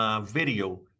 video